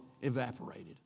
evaporated